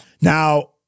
Now-